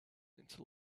into